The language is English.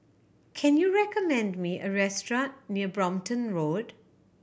can you recommend me a restaurant near Brompton Road